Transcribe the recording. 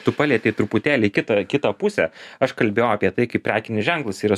tu palietei truputėlį kitą kitą pusę aš kalbėjau apie tai kaip prekinis ženklas yra